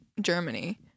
Germany